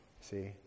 See